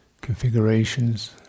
configurations